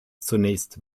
zunächst